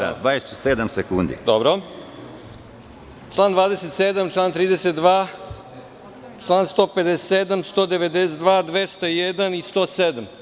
Da, 27 sekundi.) Član 27, član 32, član 157, 192, 201. i 107.